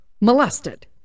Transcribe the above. molested